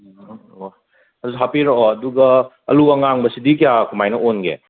ꯑꯣ ꯑꯗꯨꯁꯨ ꯍꯥꯞꯄꯤꯔꯛꯑꯣ ꯑꯗꯨꯒ ꯑꯜꯂꯨ ꯑꯉꯥꯡꯕꯁꯤꯗꯤ ꯀꯌꯥ ꯀꯃꯥꯏꯅ ꯑꯣꯟꯒꯦ